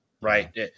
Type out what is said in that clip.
right